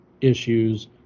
issues